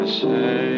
say